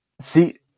See